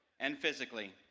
and physically.